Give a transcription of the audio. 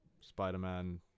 Spider-Man